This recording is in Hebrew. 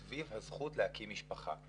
סביב הזכות להקים משפחה.